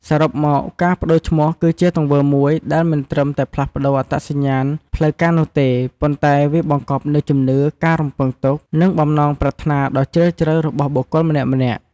សរុបមក ការប្ដូរឈ្មោះគឺជាទង្វើមួយដែលមិនត្រឹមតែផ្លាស់ប្ដូរអត្តសញ្ញាណផ្លូវការនោះទេ ប៉ុន្តែវាបង្កប់នូវជំនឿ ការរំពឹងទុក និងបំណងប្រាថ្នាដ៏ជ្រាលជ្រៅរបស់បុគ្គលម្នាក់ៗ។